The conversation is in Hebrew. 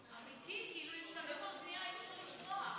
אמיתי, כאילו, אם שמים אוזנייה אי-אפשר לשמוע.